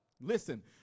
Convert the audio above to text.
Listen